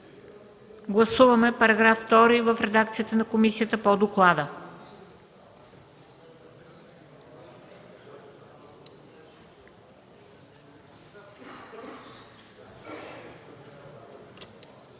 Гласуваме новия § 9 в редакцията на комисията по доклада.